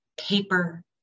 paper